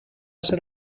ser